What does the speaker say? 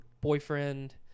boyfriend